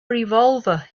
revolver